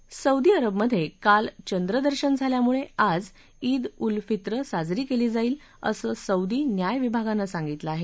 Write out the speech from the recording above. काल सौदी अरबमधे चंद्रदर्शन झाल्यामुळे आज वि उल फित्र साजरी केली जाईल असं सौदी न्याय विभागानं सांगितलं आहे